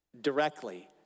directly